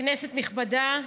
כנסת נכבדה,